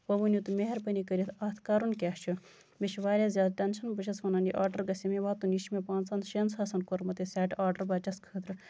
وۄنۍ ؤنِو تُہۍ مَہربٲنی کٔرِتھ اَتھ کَرُن کیاہ چھُ مےٚ چھُ واریاہ زیادٕ ٹٮ۪نشَن بہٕ چھَس وَنان یہِ آرڈر گژھِ مےٚ واتُن یہِ چھُ مےٚ پانژَن شیٚن ساسَن کوٚرمُت یہِ سیٹ آرڈر بَچَس خٲطرٕ